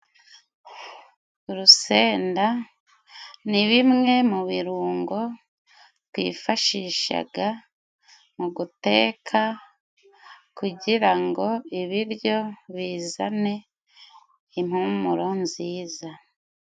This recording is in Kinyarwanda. Urusenda ni bimwe mu birungo twifashishaga mu guteka, kugira ngo ibiryo bizane impumuro nziza.